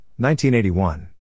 1981